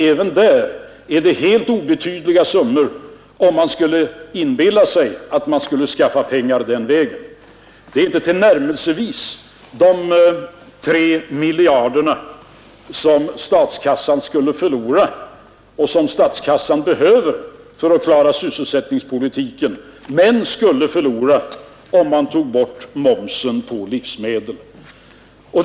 Även där är det helt obetydliga summor att hämta — om man skulle inbilla sig att man skulle skaffa pengar den vägen. Det är inte tillnärmelsevis fråga om de 3 miljarder som statskassan skulle förlora, om man tog bort momsen på livsmedel, men som statskassan skulle behöva för att klara sysselsättningspolitiken.